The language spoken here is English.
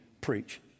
preach